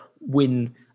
win